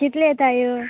कितले येताय